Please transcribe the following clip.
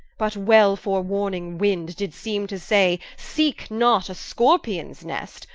but well fore-warning winde did seeme to say, seeke not a scorpions nest,